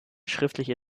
schriftliche